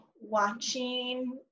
watching